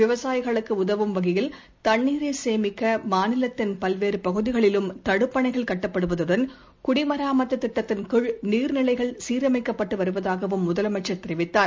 விவசாயிகளுக்குஉதவும் வகையில் தண்ணீரைசேமிக்கமாநிலத்தின் பல்வேறுபகுதிகளிலும் தடுப்பணைகள் கட்டப்படுவதுடன் குடிமராமத்துதிட்டத்தின்கீழ் நீர்நிலைகள் சீரமைக்கப்பட்டுவருவதாகவும் முதலமைச்சர் தெரிவித்தார்